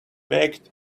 baked